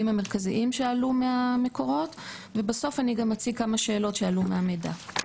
המרכזיים שעלו מהמקורות ובסוף אני גם אציג כמה שאלות שעלו מהמידע.